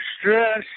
stress